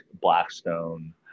Blackstone